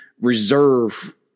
reserve